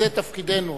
וזה תפקידנו.